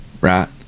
right